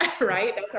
right